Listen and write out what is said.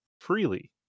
freely